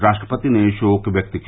राष्ट्रपति ने शोक व्यक्त किया